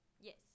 Yes